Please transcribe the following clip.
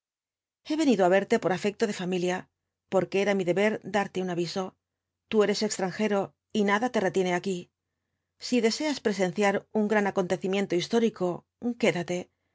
he venido á verte por afecto de familia porque era mi deber darte un aviso tú eres extranjero y nada te retiene aquí si deseas presenciar un gran acontecimiento histórico quédate